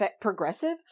progressive